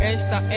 Esta